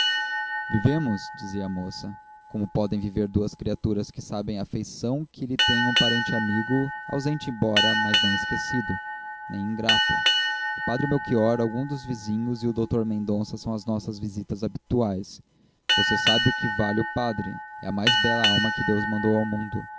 vivemos dizia a moça como podem viver duas criaturas que sabem a afeição que lhes tem um parente amigo ausente embora mas não